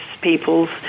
peoples